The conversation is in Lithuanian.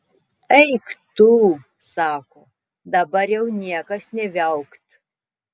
eik tu sako dabar jau niekas nė viaukt